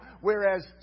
whereas